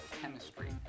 chemistry